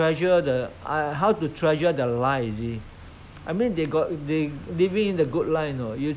stay stay in the very poor poor type of situation you know they're they're I mean their condition is not so good you see